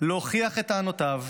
להוכיח את טענותיו.